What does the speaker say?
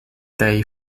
day